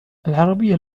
العربية